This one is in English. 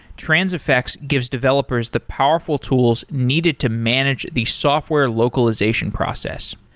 transifex gives developers the powerful tools needed to manage the software localization process.